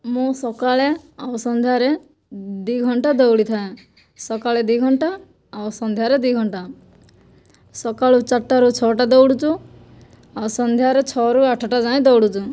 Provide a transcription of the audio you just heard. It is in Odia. ମୁଁ ସକାଳେ ଆଉ ସନ୍ଧ୍ୟାରେ ଦୁଇ ଘଣ୍ଟା ଦୌଡ଼ିଥାଏ ସକାଳେ ଦୁଇ ଘଣ୍ଟା ଆଉ ସନ୍ଧ୍ୟାରେ ଦୁଇ ଘଣ୍ଟା ସକାଳୁ ଚାରିଟାରୁ ଛଅଟା ଦୌଡ଼ୁଛୁ ଆଉ ସନ୍ଧ୍ୟାରେ ଛଅରୁ ଆଠଟା ଯାଏଁ ଦୌଡ଼ୁଛୁ